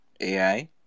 AI